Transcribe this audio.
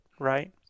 right